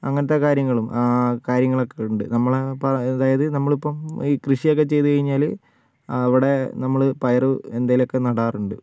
അങ്ങനത്തെ കാര്യങ്ങളും കാര്യങ്ങളൊക്കെ ഉണ്ട് നമ്മൾ ആ അതായത് നമ്മൾ ഇപ്പോൾ ഈ കൃഷി ഒക്കെ ചെയ്തു കഴിഞ്ഞാൽ അവിടെ നമ്മൾ പയർ എന്തെങ്കിലും ഒക്കെ നടാറുണ്ട്